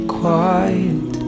quiet